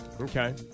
Okay